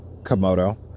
Komodo